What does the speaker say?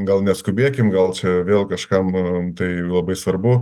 gal neskubėkim gal čia vėl kažkam tai labai svarbu